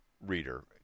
reader